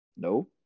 No